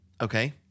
Okay